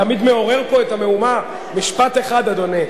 תמיד מעורר פה את המהומה, משפט אחד, אדוני.